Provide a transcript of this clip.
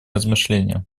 размышления